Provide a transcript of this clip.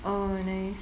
oh nice